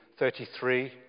33